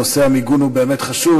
נושא המיגון הוא באמת חשוב,